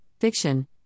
Fiction